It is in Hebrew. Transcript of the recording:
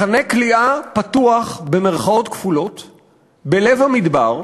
מחנה כליאה "פתוח", בלב המדבר,